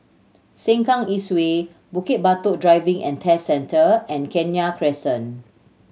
Sengkang East Way Bukit Batok Driving and Test Centre and Kenya Crescent